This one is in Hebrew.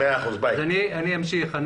אני אמשיך.